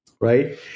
right